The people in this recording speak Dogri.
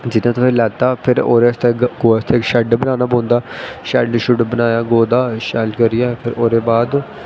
जियां तुसें लैत्ता फिर ओह्दे आस्तै गौ आस्तै तुसें इक शैड्ड बनाना पौंदा शैड्ड शुड्ड बनाया गौ दा शैल करियै फिर ओह्दे बाद